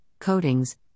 coatings